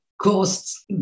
costs